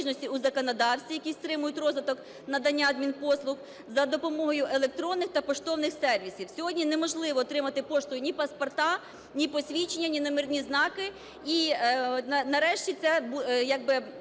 у законодавстві, які стримують розвиток надання адмінпослуг, за допомогою електронних та поштових сервісів. Сьогодні неможливо отримати поштою ні паспорти, ні посвідчення, ні номерні знаки, і нарешті це буде